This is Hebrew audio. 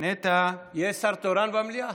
יש שר תורן במליאה?